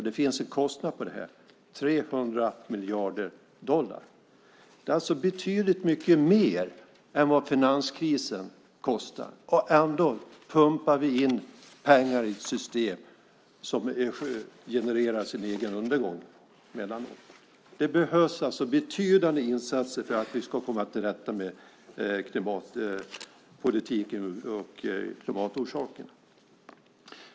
Det finns en kostnad för det här: 300 miljarder dollar. Det är alltså betydligt mycket mer än vad finanskrisen kostar. Ändå pumpar vi in pengar i ett system som genererar sin egen undergång. Det behövs betydande insatser för att vi ska komma till rätta med klimatpolitiken och klimatorsakerna.